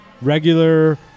regular